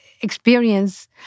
experience